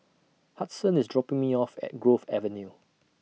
Hudson IS dropping Me off At Grove Avenue